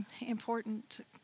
important